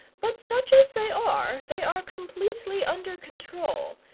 but such as they are they are completely under control,